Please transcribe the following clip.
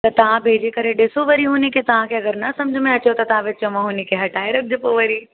त तव्हां भेजी करे ॾिसो वरी हुनखे तव्हांखे अगरि न सम्झि में अचेव त तव्हां विच मां हुनखे हटाए रखिजो पोइ वरी